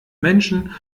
menschen